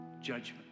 judgment